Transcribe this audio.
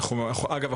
אגב,